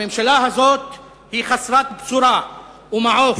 הממשלה הזאת היא חסרת בשורה ומעוף.